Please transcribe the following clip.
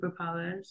superpowers